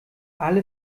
alle